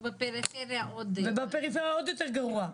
ובפריפריה עוד יותר גרוע.